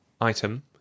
Item